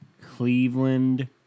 Cleveland